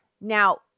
Now